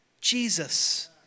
Jesus